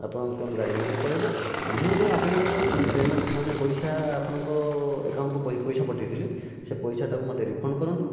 ଆପଣଙ୍କ କୁହନ୍ତୁ ଗାଡ଼ି ନେଇକି ପଳେଇବ ମୁଁ ଯେଉଁ ଆପଣଙ୍କୁ ଯେଉଁ ପେମେଣ୍ଟ ପଇସା ଆପଣଙ୍କ ଆକାଉଣ୍ଟକୁ ଯେଉଁ ପଇସା ପଠେଇଥିଲି ସେ ପାଇସଟାକୁ ମୋତେ ରିଫଣ୍ଡ କରନ୍ତୁ